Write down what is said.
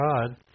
God